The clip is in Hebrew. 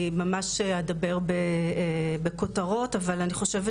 אני ממש אדבר בכותרות אבל אני חושבת